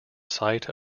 site